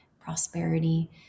prosperity